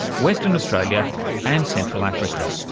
western australia and central africa.